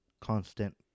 constant